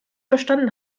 verstanden